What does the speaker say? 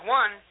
one